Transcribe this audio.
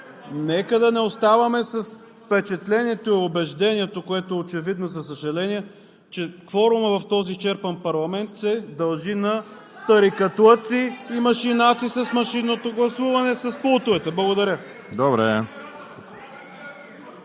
Нека да не оставаме с впечатлението и убеждението, което е очевидно, за съжаление, че кворумът в този изчерпан парламент се дължи на тарикатлъци и машинации с машинното гласуване – с пултовете! Благодаря.